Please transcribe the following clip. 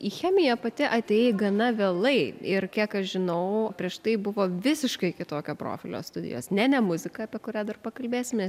į chemiją pati atėjai gana vėlai ir kiek aš žinau prieš tai buvo visiškai kitokio profilio studijos ne ne muzika apie kurią dar pakalbėsime